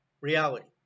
reality